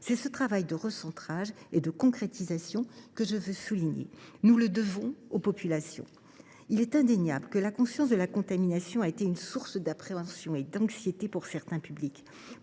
de ce travail de recentrage et de concrétisation, que nous devons aux populations. Il est indéniable que la conscience de la contamination a été une source d’appréhension et d’anxiété pour certains publics.